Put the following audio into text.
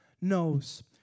knows